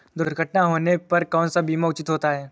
दुर्घटना होने पर कौन सा बीमा उचित होता है?